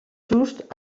just